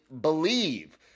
believe